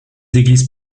églises